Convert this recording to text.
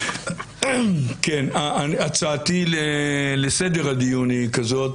כן, הצעתי לסדר הדיון היא כזאת.